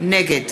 נגד